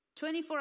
24